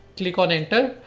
click on enter,